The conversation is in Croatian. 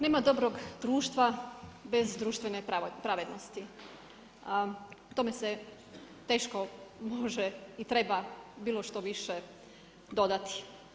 Nema dobrog društva bez društvene pravednosti, o tome se teško može i treba bilo što više dodati.